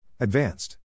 Advanced